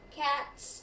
cats